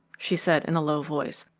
she said in a low voice.